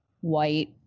white